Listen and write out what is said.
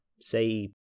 say